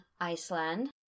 Iceland